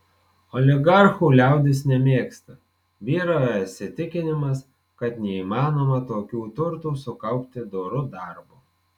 oligarchų liaudis nemėgsta vyrauja įsitikinimas kad neįmanoma tokių turtų sukaupti doru darbu